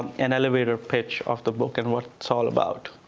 an elevator pitch of the book and what it's all about.